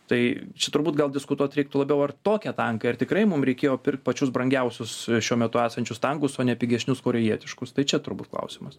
tai čia turbūt gal diskutuot reiktų labiau ar tokie tankai ar tikrai mum reikėjo pirkt pačius brangiausius šiuo metu esančius tankus o ne pigesnius korėjietiškus tai čia turbūt klausimas